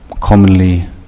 commonly